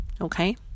Okay